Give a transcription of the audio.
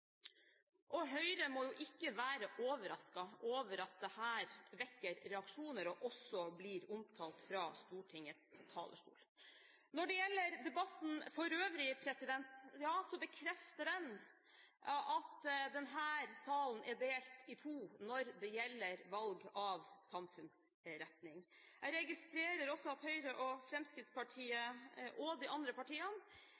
og familier. Høyre kan ikke være overrasket over at dette vekker reaksjoner og også blir omtalt fra Stortingets talerstol. Når det gjelder debatten for øvrig, bekrefter den at denne salen er delt i to når det gjelder valg av samfunnsretning. Jeg registrerer også at Høyre, Fremskrittspartiet og